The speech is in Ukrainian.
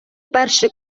перший